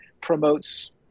promotes